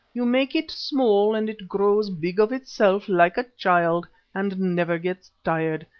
you make it small and it grows big of itself, like a child, and never gets tired,